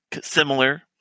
similar